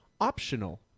optional